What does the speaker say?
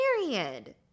Period